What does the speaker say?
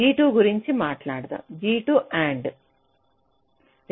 G2 గురించి మాట్లాడండి G2 AND